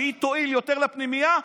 שהיא תועיל יותר לפנימייה,